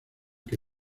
que